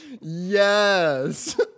Yes